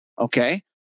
Okay